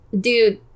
dude